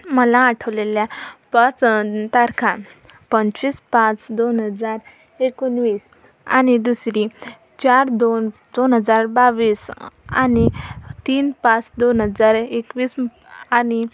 मला आठवलेल्या पाच तारखा पंचवीस पाच दोन हजार एकोणवीस आणि दुसरी चार दोन दोन हजार बावीस आणि तीन पाच दोन हजार एकवीस म आणि